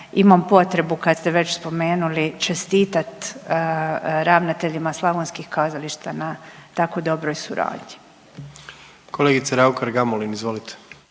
imam potrebu, kad ste već spomenuli, čestitati ravnateljima slavonskih kazališta na tako dobroj suradnji. **Jandroković, Gordan